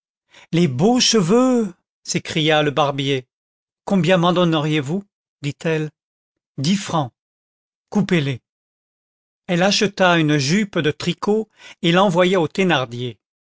les beaux cheveux s'écria le barbier combien m'en donneriez-vous dit-elle dix francs coupez les elle acheta une jupe de tricot et l'envoya aux thénardier